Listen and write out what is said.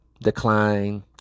decline